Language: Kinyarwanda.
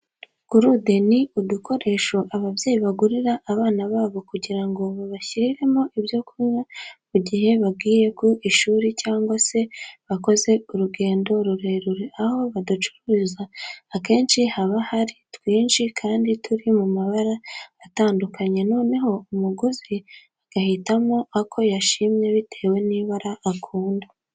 Gurude ni udukoresho ababyeyi bagurira abana babo kugira ngo babashyiriremo ibyo kunywa mu gihe bagiye ku ishuri cyangwa se bakoze urugendo rurerure. Aho baducururiza akenshi haba hari twinshi kandi turi mu mabara atandukanye noneho umuguzi agahitamo ako yashimye bitewe n'ibara akunda.